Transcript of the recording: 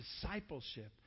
discipleship